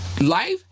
Life